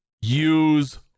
use